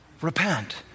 repent